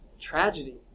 tragedy